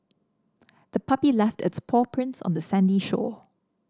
the puppy left its paw prints on the sandy shore